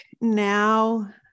now